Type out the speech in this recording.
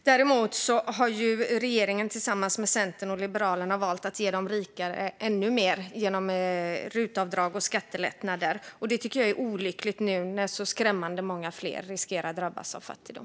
Däremot har regeringen tillsammans med Centern och Liberalerna valt att genom rutavdrag och skattelättnader ge de rika ännu mer. Det är olyckligt när skrämmande många fler riskerar att drabbas av fattigdom.